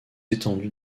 étendu